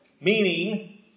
meaning